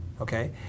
Okay